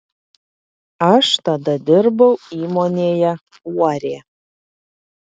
aš tada dirbau įmonėje uorė